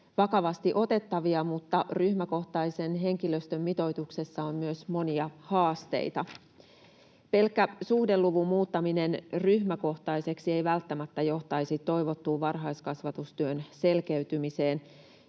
vakavasti otettavia, mutta ryhmäkohtaisen henkilöstön mitoituksessa on myös monia haasteita. Pelkkä suhdeluvun muuttaminen ryhmäkohtaiseksi ei välttämättä johtaisi toivottuun varhaiskasvatustyön selkeytymiseen.